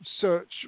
search